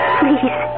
please